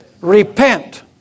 Repent